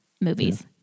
movies